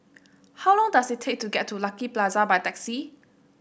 how long does it take to get to Lucky Plaza by taxi